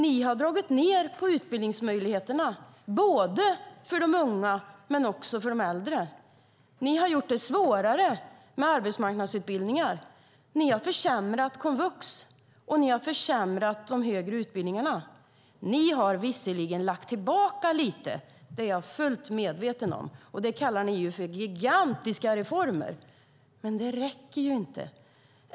Ni har dragit ned på utbildningsmöjligheterna, både för de unga och för de äldre. Ni har gjort det svårare med arbetsmarknadsutbildningar. Ni har försämrat komvux och de högre utbildningarna. Ni har visserligen lagt tillbaka lite; det är jag fullt medveten om. Detta kallar ni gigantiska reformer. Men det räcker inte.